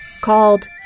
called